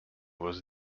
was